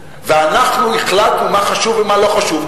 ואנחנו החלטנו מה חשוב ומה לא חשוב,